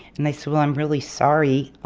and i said, well, i'm really sorry,